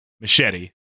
machete